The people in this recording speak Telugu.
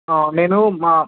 నేను మా